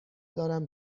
دارم